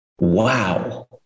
Wow